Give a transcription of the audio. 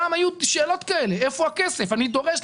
פעם היו שאלות כאלה, איפה הכסף?